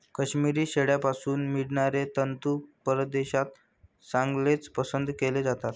काश्मिरी शेळ्यांपासून मिळणारे तंतू परदेशात चांगलेच पसंत केले जातात